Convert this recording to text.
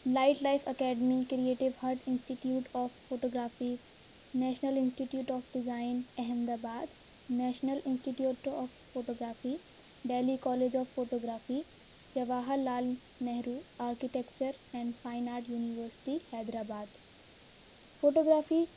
light life academy creative hut institute of photography national institute of design Ahmedabad national institute of photography Delhi college of photography Jawahar Lal Nehru architecture and fine art university Hyderabad photo گرافی